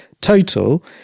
total